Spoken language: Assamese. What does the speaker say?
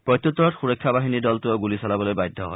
প্ৰত্যুত্তৰত সুৰক্ষা বাহিনীৰ দলটোয়েও গুলী চলাবলৈ বাধ্য হয়